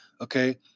okay